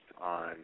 on